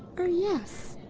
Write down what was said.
er, yes!